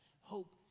hope